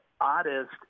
oddest